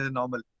normal